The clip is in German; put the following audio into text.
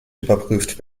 überprüft